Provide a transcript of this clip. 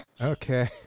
Okay